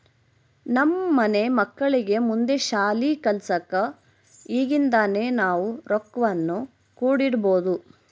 ನಮ್ಮ ಮನೆ ಮಕ್ಕಳಿಗೆ ಮುಂದೆ ಶಾಲಿ ಕಲ್ಸಕ ಈಗಿಂದನೇ ನಾವು ರೊಕ್ವನ್ನು ಕೂಡಿಡಬೋದು